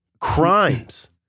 crimes